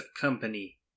company